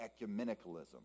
ecumenicalism